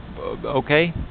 okay